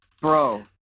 Bro